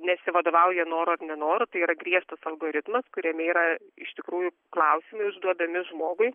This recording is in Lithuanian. nesivadovauja noru ar nenoru tai yra griežtas algoritmas kuriame yra iš tikrųjų klausimai užduodami žmogui